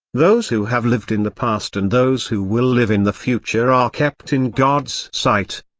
those who have lived in the past and those who will live in the future are kept in god's sight.